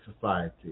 society